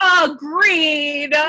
Agreed